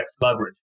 leverage